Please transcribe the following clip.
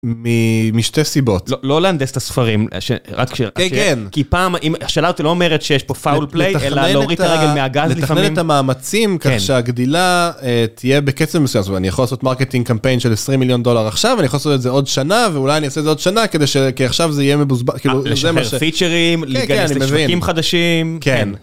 משתי סיבות לא להנדס את הספרים שרק כן כי פעם אם השאלה אותי לא אומרת שיש פה פאול פלייט אלא להוריד את הרגל מהגז לתכנן את המאמצים ככה שהגדילה תהיה בקצב מסוים ואני יכול לעשות מרקטינג קמפיין של 20 מיליון דולר עכשיו אני יכול לעשות את זה עוד שנה ואולי אני עושה את זה עוד שנה כי עכשיו זה יהיה פיצרים חדשים.